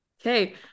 okay